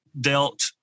dealt